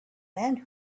man